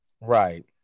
Right